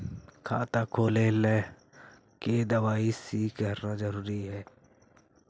खाता खोले ला के दवाई सी करना जरूरी है?